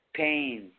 pain